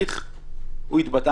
הוא התבטא כך,